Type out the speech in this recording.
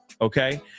Okay